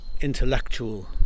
intellectual